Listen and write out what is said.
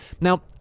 Now